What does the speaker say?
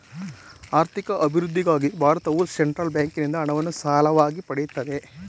ಆರ್ಥಿಕ ಅಭಿವೃದ್ಧಿಗಾಗಿ ಭಾರತವು ಸೆಂಟ್ರಲ್ ಬ್ಯಾಂಕಿಂದ ಹಣವನ್ನು ಸಾಲವಾಗಿ ಪಡೆಯುತ್ತದೆ